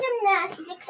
gymnastics